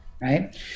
Right